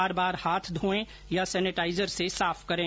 बार बार हाथ धोएं या सेनेटाइजर से साफ करें